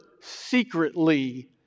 secretly